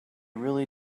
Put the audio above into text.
really